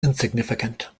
insignificant